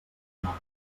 normes